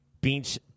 beach